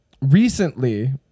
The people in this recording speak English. recently